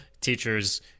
Teachers